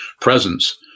presence